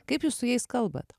kaip jūs su jais kalbat